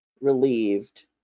relieved